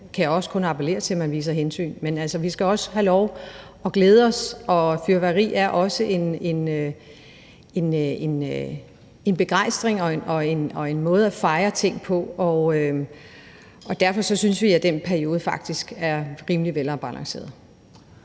jeg også kun appellere til at man gør, vise hensyn. Men vi skal også have lov til at glæde os, og fyrværkeri er også udtryk for en begejstring og en måde at fejre ting på. Derfor synes vi, at den periode faktisk er rimelig velafbalanceret.